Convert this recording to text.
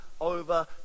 over